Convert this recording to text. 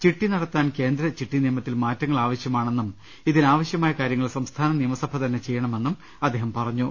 ചിട്ടി നടത്താൻ കേന്ദ്ര ചിട്ടി നിയമത്തിൽ മാറ്റങ്ങൾ ആവശ്യമാണെന്നും ഇതിനാ വശ്യമായ കാര്യങ്ങൾ സംസ്ഥാന നിയമസഭ തന്നെ ചെയ്യണമെന്നും അദ്ദേഹം പറഞ്ഞു